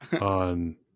on